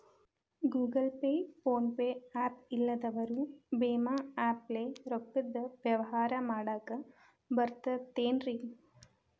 Google Pay, PhonePe app ಇಲ್ಲದವರು ಭೇಮಾ app ಲೇ ರೊಕ್ಕದ ವ್ಯವಹಾರ ಮಾಡಾಕ್ ಬರತೈತೇನ್ರೇ?